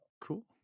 cool